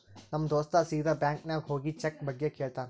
ನಮ್ ದೋಸ್ತ ಸೀದಾ ಬ್ಯಾಂಕ್ ನಾಗ್ ಹೋಗಿ ಚೆಕ್ ಬಗ್ಗೆ ಕೇಳ್ತಾನ್